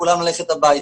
כולם ללכת הביתה.